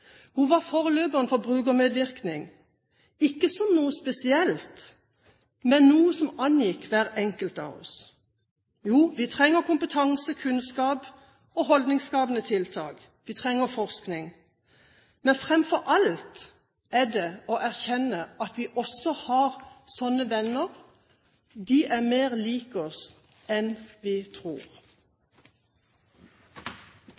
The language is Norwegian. Hun var forløperen for brukermedvirkning, ikke som noe spesielt, men noe som angikk hver enkelt av oss. Jo, vi trenger kompetanse, kunnskap og holdningsskapende tiltak, vi trenger forskning, men framfor alt må vi erkjenne at vi også har slike venner. De er mer lik oss enn vi tror.